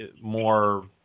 more